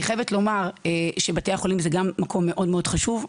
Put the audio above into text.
אני חייבת לומר שבתי החולים זה מקום מאוד מאוד חשוב,